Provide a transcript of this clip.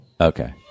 Okay